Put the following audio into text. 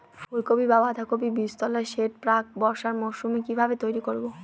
ফুলকপি বা বাঁধাকপির বীজতলার সেট প্রাক বর্ষার মৌসুমে কিভাবে তৈরি করব?